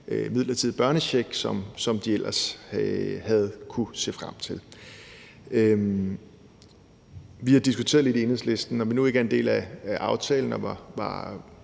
midlertidige børnecheck, som de ellers havde kunnet se frem til. Vi har diskuteret lidt i Enhedslisten: Når vi nu ikke er en del af aftalen